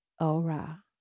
aura